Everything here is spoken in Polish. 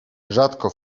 rzadko